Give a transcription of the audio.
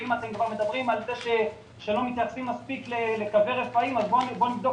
ואם כבר אתם מדברים על קווי רפאים אז בואו נבדוק